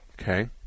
Okay